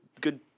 good